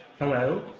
hello?